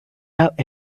have